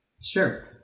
Sure